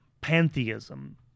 pantheism